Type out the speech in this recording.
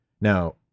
Now